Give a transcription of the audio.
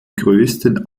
größten